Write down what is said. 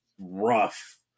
rough